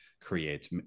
creates